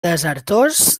desertors